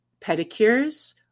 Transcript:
pedicures